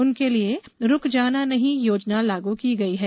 उनके लिये रूक जाना नही योजना लागू की गई है